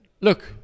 look